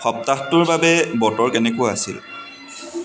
সপ্তাহটোৰ বাবে বতৰ কেনেকুৱা আছিল